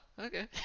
okay